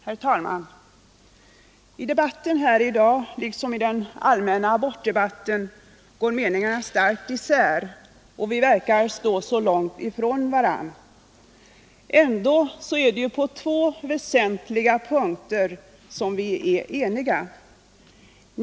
Herr talman! I debatten här i dag, liksom i den allmänna abortdebatten, går meningarna starkt isär, och vi verkar stå långt ifrån varandra. Ändå är vi på två väsentliga punkter helt eniga.